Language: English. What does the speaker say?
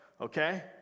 okay